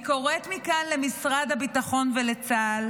אני קוראת מכאן למשרד הביטחון ולצה"ל